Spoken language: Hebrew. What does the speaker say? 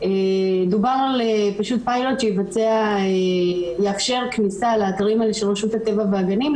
דובר על פשוט פיילוט שיאפשר כניסה לאתרים האלה של רשות הטבע והגנים,